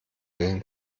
willen